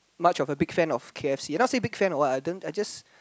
much of a big fan of K_F_C not say big fan or what I turn I just